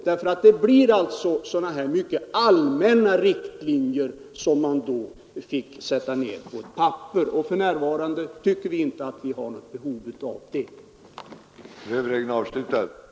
Det blir då fråga om att skriva ned allmänna riktlinjer på ett papper. För närvarande tycker vi inte att vi har något behov därav. allmänna riktlinjer, men att de